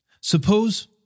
Suppose